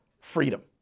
freedom